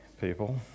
people